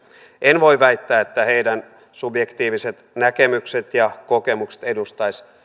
en voi väittää että heidän subjektiiviset näkemyksensä ja kokemuksensa edustaisivat